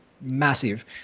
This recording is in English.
massive